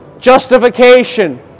Justification